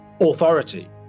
authority